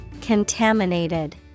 Contaminated